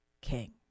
king